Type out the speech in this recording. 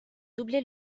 doublé